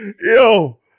Yo